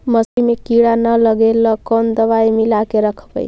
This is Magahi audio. मसुरी मे किड़ा न लगे ल कोन दवाई मिला के रखबई?